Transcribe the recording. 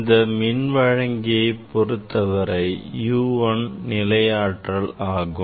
இந்த மின் வழங்கியை பொருத்தவரை U1 நிலை ஆற்றல் ஆகும்